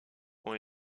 ont